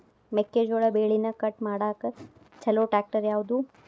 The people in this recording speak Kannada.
ಮೆಕ್ಕೆ ಜೋಳ ಬೆಳಿನ ಕಟ್ ಮಾಡಾಕ್ ಛಲೋ ಟ್ರ್ಯಾಕ್ಟರ್ ಯಾವ್ದು?